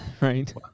right